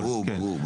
לא, לא, ברור, ברור.